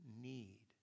need